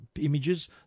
images